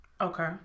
Okay